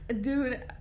dude